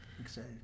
Excited